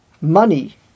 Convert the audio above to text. money